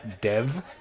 Dev